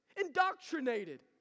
Indoctrinated